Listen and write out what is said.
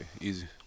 easy